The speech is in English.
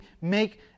make